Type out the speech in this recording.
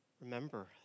remember